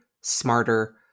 smarter